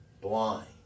blind